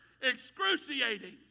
excruciating